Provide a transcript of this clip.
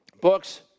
books